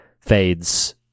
fades